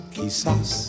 Quizás